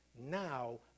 now